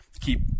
keep